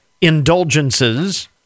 indulgences